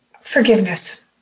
forgiveness